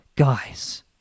Guys